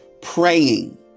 praying